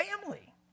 family